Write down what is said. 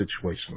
situation